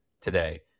today